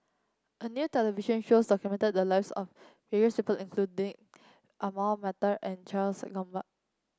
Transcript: a new television show the lives of various people including Ahmad Mattar and Charles Gamba